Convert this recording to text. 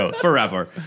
Forever